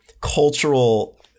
cultural